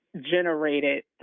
generated